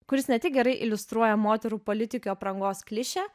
kuris ne tik gerai iliustruoja moterų politikių aprangos klišę